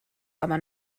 aber